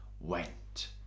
went